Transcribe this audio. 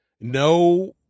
No